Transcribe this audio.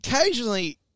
Occasionally